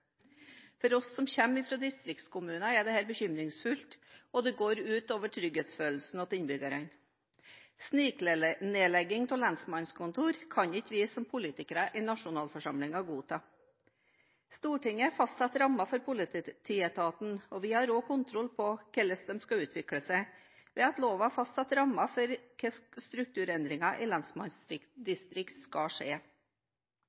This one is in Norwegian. For oss som kommer fra distriktskommuner, er dette bekymringsfullt, og det går ut over trygghetsfølelsen til innbyggerne. Sniknedlegging av lensmannskontor kan ikke vi som politikere i nasjonalforsamlingen godta. Stortinget fastsetter rammer for politietaten, og vi har også kontroll på hvordan de skal utvikle seg ved at loven fastsetter rammer for hvordan strukturendringer i